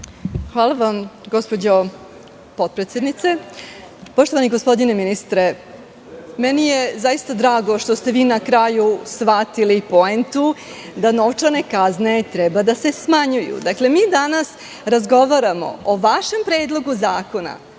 Hvala vam, gospođo potpredsednice. Poštovani gospodine ministre, meni je zaista drago što ste vi, na kraju, shvatili poentu da novčane kazne treba da se smanjuju. Dakle, mi danas razgovaramo o vašem predlogu zakona,